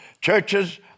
churches